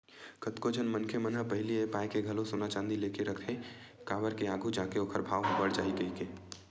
कतको झन मनखे मन ह पहिली ए पाय के घलो सोना चांदी लेके रख लेथे काबर के आघू जाके ओखर भाव ह बड़ जाही कहिके